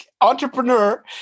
entrepreneur